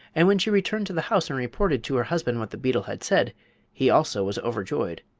and when she returned to the house and reported to her husband what the beetle had said he also was overjoyed.